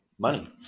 money